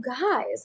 guys